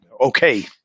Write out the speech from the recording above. okay